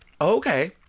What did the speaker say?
Okay